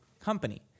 company